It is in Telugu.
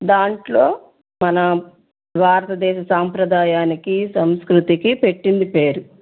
దాంట్లో మన భారతదేశ సాంప్రదాయానికి సంస్కృతికి పెట్టింది పేరు